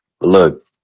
Look